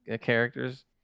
characters